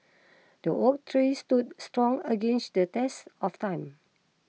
the oak tree stood strong against the test of time